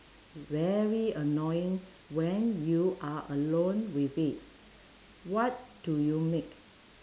very annoying when you are alone with it what do you make